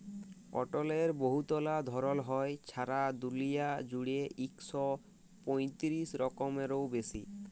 কটলের বহুতলা ধরল হ্যয়, ছারা দুলিয়া জুইড়ে ইক শ পঁয়তিরিশ রকমেরও বেশি